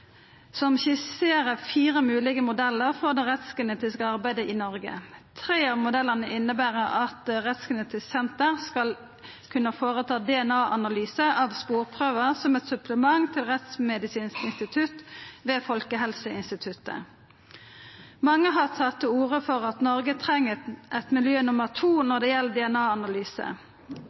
som skisserer fire moglege modellar for det rettsgenetiske arbeidet i Noreg. Tre av desse modellane inneber at Rettsgenetisk senter skal kunna føreta DNA-analysar av sporprøver som eit supplement til Rettsmedisinsk institutt ved Folkehelseinstituttet. Mange har tatt til orde for at Noreg treng eit miljø nummer to når det gjeld